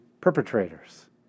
perpetrators